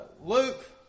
Luke